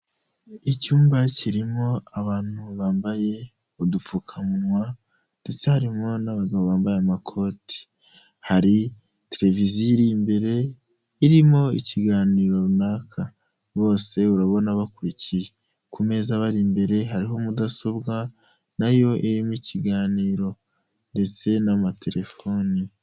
Icyumba kirimo abantu bambaye udupfukamunwa ndetse harimo n'abagabo bambaye amakoti, hari televiziyo iri imbere, irimo ikiganiro runaka, bose urabona bakurikiye, ku meza abari imbere hariho mudasobwa na yo irimo ikiganiro ndetse n'amatelefoni.